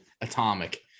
atomic